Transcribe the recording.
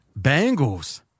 Bengals